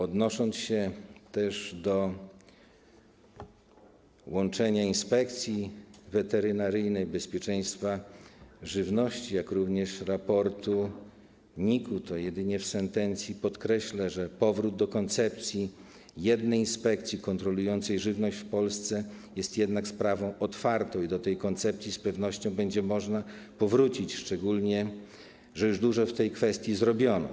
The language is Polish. Odnosząc się też do łączenia Inspekcji Weterynaryjnej, bezpieczeństwa żywności, jak również raportu NIK - to jedynie w sentencji - podkreślę, że powrót do koncepcji jednej inspekcji kontrolującej żywność w Polsce jest jednak sprawą otwartą i do tej koncepcji z pewnością będzie można powrócić, szczególnie że już dużo w tej kwestii zrobiono.